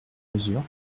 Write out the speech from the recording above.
mesure